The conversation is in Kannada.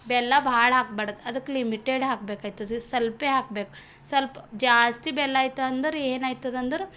ಬೆಲ್ಲ ಭಾಳ ಹಾಕ್ಬಾರ್ದು ಅದಕ್ಕೆ ಲಿಮಿಟೆಡ್ ಹಾಕಬೇಕಾಯ್ತದೆ ಸ್ವಲ್ಪ ಹಾಕಬೇಕು ಸ್ವಲ್ಪ ಜಾಸ್ತಿ ಬೆಲ್ಲ ಆಯ್ತಂದ್ರೆ ಏನಾಯ್ತದೆ ಅಂದರೆ